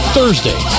Thursday